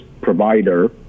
provider